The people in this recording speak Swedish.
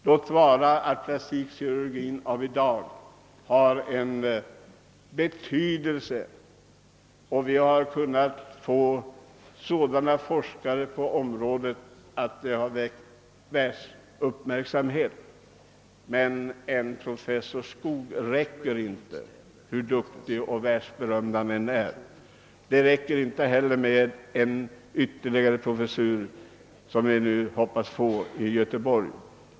Låt vara att plastikkirurgin av i dag har mycket stor betydelse och att våra forskare på detta område väckt världsuppmärksamhet, men en professor Skoog räcker inte, hur duktig och världsberömd han än är. Det räcker inte heller med den ytterligare professur i plastikkirurgi som vi nu hoppas få i Göteborg.